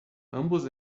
ambos